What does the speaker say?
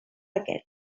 aquest